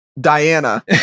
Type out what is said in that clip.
diana